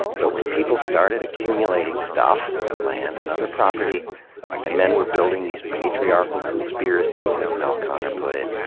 but when people started accumulating stuff land and other property and men were build ing these patriarchal conspiracies, as mel konner put it,